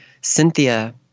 Cynthia